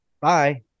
Bye